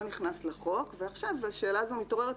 נכנס לחוק ועכשיו השאלה הזו מתעוררת,